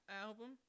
album